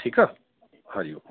ठीकु आहे हरि ओम